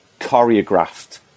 choreographed